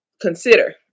consider